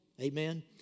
Amen